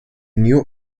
new